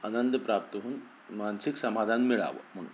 आनंद प्राप्त होऊन मानसिक समाधान मिळावं म्हणून